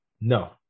No